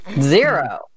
Zero